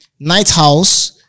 Nighthouse